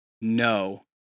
no